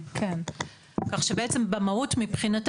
מקומית כמשמעותה בסעיף 19 לחוק התכנון והבנייה,